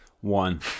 One